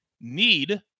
need